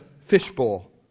fishbowl